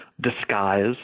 disguise